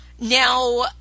Now